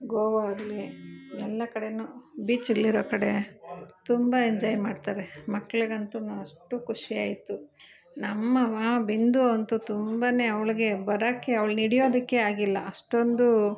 ಗೋವಾ ಆಗಲಿ ಎಲ್ಲ ಕಡೆ ಬೀಚ್ಗಳಿರೋ ಕಡೆ ತುಂಬ ಎಂಜಾಯ್ ಮಾಡ್ತಾರೆ ಮಕ್ಳಿಗಂತು ಅಷ್ಟು ಖುಷಿಯಾಯ್ತು ನಮ್ಮ ಮಾ ಬಿಂದು ಅಂತು ತುಂಬ ಅವ್ಳಿಗೆ ಬರೋಕೆ ಅವ್ಳನ್ನ ಹಿಡಿಯೋದಕ್ಕೆ ಆಗಿಲ್ಲ ಅಷ್ಟೊಂದು